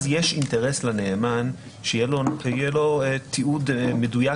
אז יש אינטרס לנאמן שיהיה לו תיעוד מדויק